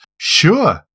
sure